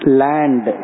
land